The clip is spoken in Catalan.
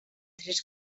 tres